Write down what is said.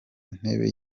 intebe